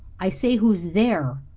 i say, who's there?